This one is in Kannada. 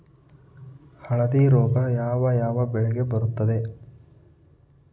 ಹಳದಿ ರೋಗ ಯಾವ ಯಾವ ಬೆಳೆಗೆ ಬರುತ್ತದೆ?